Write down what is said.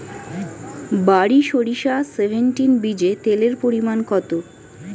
বারি সরিষা সেভেনটিন বীজে তেলের পরিমাণ কত?